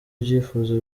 byifuzo